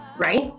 right